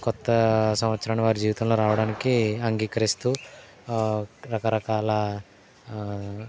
కొత్త సంవత్సరాన్ని వారి జీవితంలో రావడానికి అంగీకరిస్తూ రకరకాల